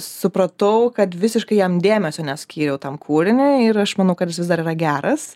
supratau kad visiškai jam dėmesio neskyriau tam kūriniui ir aš manau kad jis vis dar yra geras